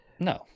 no